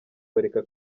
bareka